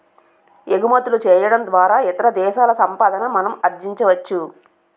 ఎగుమతులు చేయడం ద్వారా ఇతర దేశాల సంపాదన మనం ఆర్జించవచ్చు